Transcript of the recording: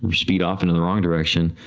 speed off in in the wrong direction,